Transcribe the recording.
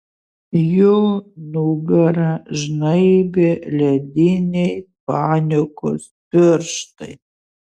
jo nugarą žnaibė lediniai panikos pirštai